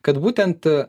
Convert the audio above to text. kad būtent